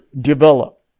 develop